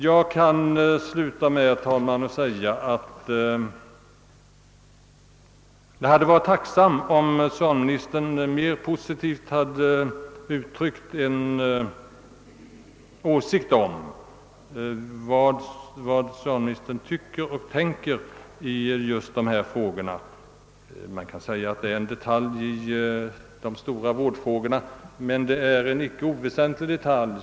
Jag kan sluta med att säga att jag hade varit tacksam om socialministern i svaret hade givit uttryck för en mer positiv inställning till denna fråga. Den kan givetvis sägas vara en detalj inom det stora vårdområdet — men en icke oväsentlig detalj.